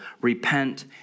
repent